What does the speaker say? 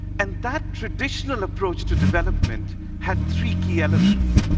and that traditional approach to development had three key elements.